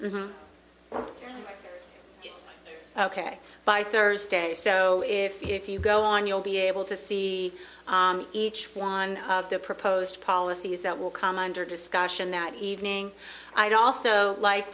are ok by thursday so if you go on you'll be able to see each one on the proposed policies that will come under discussion that evening i'd also like